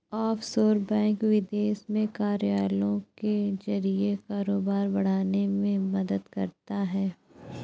offshore bank विदेश में कार्यालयों के जरिए कारोबार बढ़ाने में मदद करता है